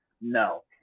no